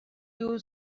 you